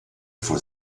for